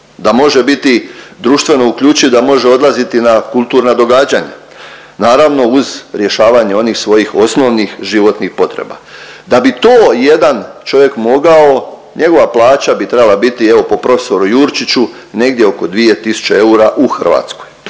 da može biti društveno uključiv, da može odlaziti na kulturna događanja. Naravno, uz rješavanje onih svojih osnovnih životnih potreba. Da bi to jedan čovjek mogao, njegova plaća bi trebala biti, evo po profesoru Jurčiću, negdje oko 2 tisuće eura u Hrvatskoj.